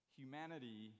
humanity